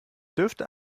dürfte